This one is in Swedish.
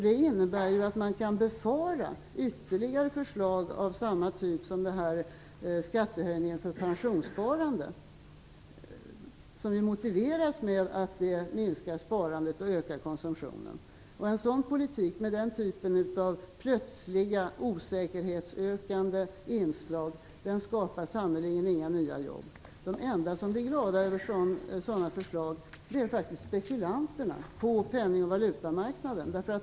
Det innebär att man kan befara ytterligare förslag av samma typ som förslaget om skattehöjning för pensionssparande, som ju motiveras med att det minskar sparandet och ökar konsumtionen. En sådan politik, med den typen av plötsliga osäkerhetsökande inslag, skapar sannerligen inga nya jobb. De enda som blir glada över sådana förslag är faktiskt spekulanterna på penning och valutamarknaden.